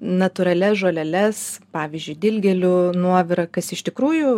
natūralias žoleles pavyzdžiui dilgėlių nuovirą kas iš tikrųjų